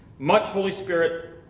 much holy spirit,